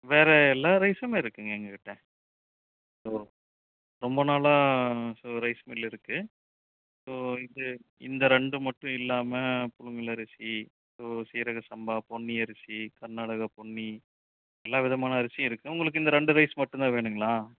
வேறு எல்லா ரைஸ்ஸுமே இருக்குதுங்க எங்கள் கிட்டே ஓ ரொம்ப நாளாக சு ரைஸ் மில் இருக்குது ஸோ இது இந்த ரெண்டு மட்டும் இல்லாமல் புழுங்கல் அரிசி ஸோ சீரக சம்பா பொன்னி அரிசி கர்நாடகா பொன்னி எல்லா விதமான அரிசியும் இருக்குது உங்களுக்கு இந்த ரெண்டு ரைஸ் மட்டும் தான் வேணுங்களா